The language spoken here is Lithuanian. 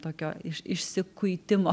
tokio iš išsikuitimo